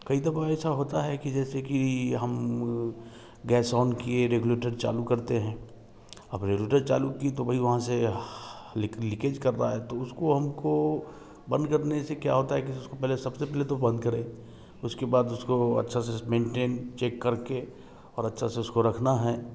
कई दफ़ा ऐसा होता है कि जैसे कि हम गैस ऑन किए रेगुलेटर चालू करते हैं अब रेगुलेटर चालू किए तो भई वहाँ से लीक लीकेज कर रहा है तो उसको हमको बंद करने से क्या होता है कि इसको सबसे पहले तो बंद करें फिर उसके बाद उसको अच्छा से मेंटेन चेक करके और अच्छा से उसको रखना है